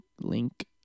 link